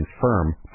firm